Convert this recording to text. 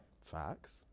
facts